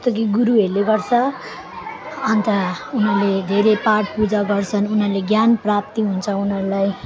जस्तो कि गुरुहरूले गर्छ अन्त उनीहरूले धेरै पाठपूजा गर्छन् उनीहरूले ज्ञान प्राप्ति हुन्छ उनीहरूलाई